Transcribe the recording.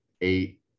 eight